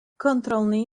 kontrolný